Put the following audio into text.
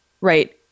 right